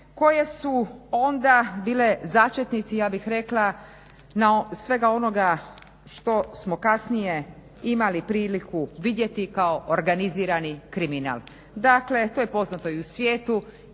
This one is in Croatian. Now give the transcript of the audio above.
koje su onda bile začetnici. Ja bih rekla svega onoga što smo kasnije imali priliku vidjeti kao organizirani kriminal. Dakle, to je poznato i u svijetu,